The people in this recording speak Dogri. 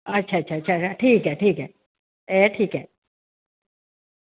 अच्छा अच्छा ठीक ऐ एह् ठीक ऐ